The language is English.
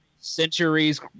centuries